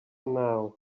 now